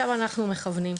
לשם אנחנו מכוונים.